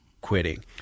quitting